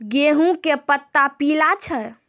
गेहूँ के पत्ता पीला छै?